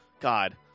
God